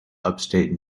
upstate